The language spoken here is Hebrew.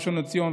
ראשון לציון,